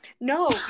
No